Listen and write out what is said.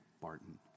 Barton